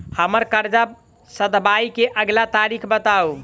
हम्मर कर्जा सधाबई केँ अगिला तारीख बताऊ?